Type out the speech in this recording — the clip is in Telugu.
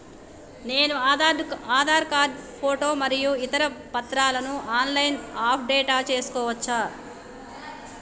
నేను ఆధార్ కార్డు ఫోటో మరియు ఇతర పత్రాలను ఆన్ లైన్ అప్ డెట్ చేసుకోవచ్చా?